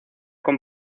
con